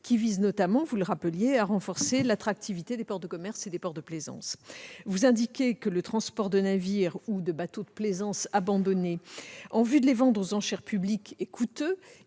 qui vise notamment, vous le rappeliez, à renforcer l'attractivité des ports de commerce et des ports de plaisance. Vous indiquez que le transport de navires ou de bateaux de plaisance abandonnés, en vue de les vendre aux enchères publiques, est coûteux